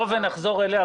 נחזור אליה.